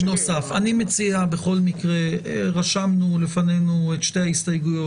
אני מציע, רשמנו בפנינו את שתי ההסתייגויות